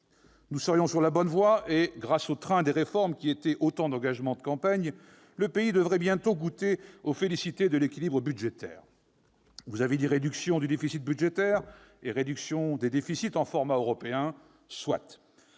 nous serions sur la bonne voie et, grâce au train des réformes, qui traduisent autant d'engagements de campagne, le pays devrait bientôt goûter aux félicités de l'équilibre budgétaire. Vous avez dit « réduction du déficit budgétaire »,« réduction des déficits en format européen »